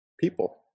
people